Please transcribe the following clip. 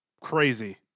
crazy